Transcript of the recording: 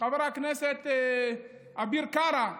חבר הכנסת אביר קארה.